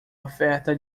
oferta